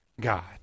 God